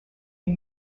new